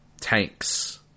tanks